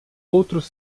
outros